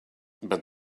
but